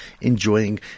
enjoying